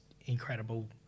incredible